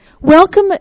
Welcome